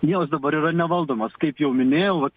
jos dabar yra nevaldomos kaip jau minėjau vat